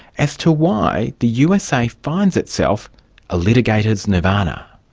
as to why the usa finds itself a litigator's nirvana.